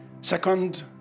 Second